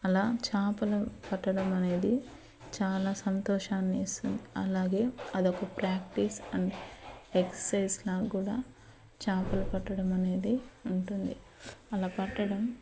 అలా చాపలు పట్టడం అనేది చాలా సంతోషాన్ని ఇస్తుంది అలాగే అదొక ప్రాక్టీస్ అన్ ఎక్సైజ్ లాగా కూడా చేపలు పట్టడం అనేది ఉంటుంది అలా పట్టడం